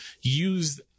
use